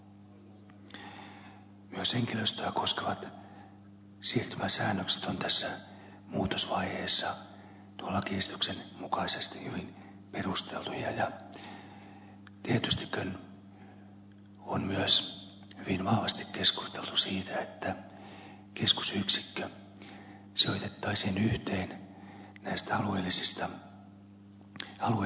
myös henkilöstöä koskevat siirtymäsäännökset ovat tässä muutosvaiheessa tuon lakiesityksen mukaisesti hyvin perusteltuja ja tietystikin on myös hyvin vahvasti keskusteltu siitä että keskusyksikkö sijoitettaisiin yhteen näistä alueellisista alueyksiköistä